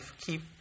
keep